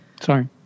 Sorry